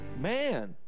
Man